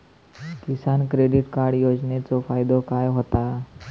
किसान credit card योजनेचो फायदो काय होता?